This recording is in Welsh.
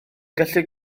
gallu